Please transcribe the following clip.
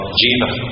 jiva